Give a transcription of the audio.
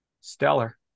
stellar